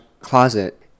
closet